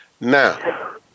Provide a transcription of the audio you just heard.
now